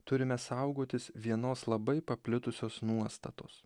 turime saugotis vienos labai paplitusios nuostatos